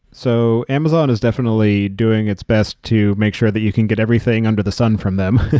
so, amazon is definitely doing its best to make sure that you can get everything under the sun from them,